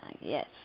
Yes